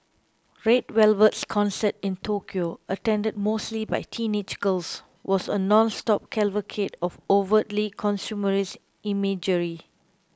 Red Velvet's concert in Tokyo attended mostly by teenage girls was a nonstop cavalcade of overtly consumerist imagery